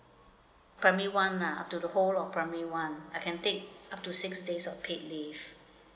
primary one uh up to the whole of primary one I can take up to six days of paid leave